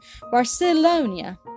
Barcelona